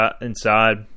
inside